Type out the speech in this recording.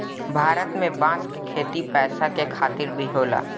भारत में बांस क खेती पैसा के खातिर भी होला